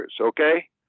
Okay